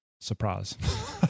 surprise